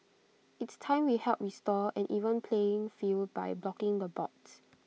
it's time we help restore an even playing field by blocking the bots